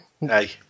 Hey